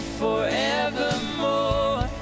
forevermore